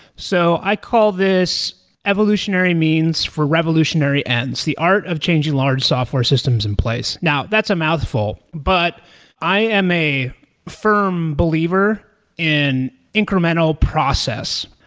so i call this evolutionary means for revolutionary ends, the art of changing large software systems in place. now, that's a mouthful, but i am a firm believer in incremental process.